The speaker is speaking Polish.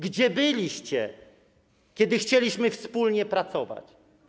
Gdzie byliście, kiedy chcieliśmy wspólnie pracować?